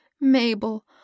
Mabel